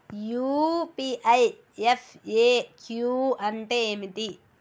UPI FAQ అంటే ఏమిటి?